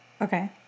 Okay